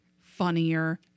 funnier